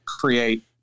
create